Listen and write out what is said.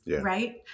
right